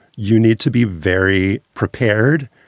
you need to be very prepared,